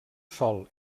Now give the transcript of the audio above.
sòl